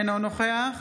אינו נוכח